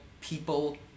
people